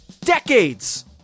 Decades